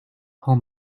pull